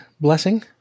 blessing